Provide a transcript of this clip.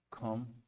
come